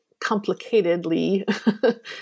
complicatedly